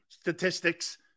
Statistics